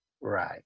right